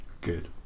Good